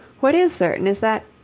what is certain is that,